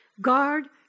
Guard